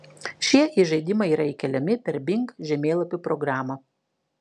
šie į žaidimą yra įkeliami per bing žemėlapių programą